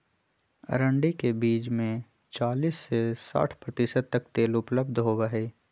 अरंडी के बीज में चालीस से साठ प्रतिशत तक तेल उपलब्ध होबा हई